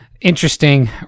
interesting